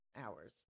hours